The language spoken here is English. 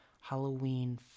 Halloween